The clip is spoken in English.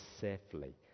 safely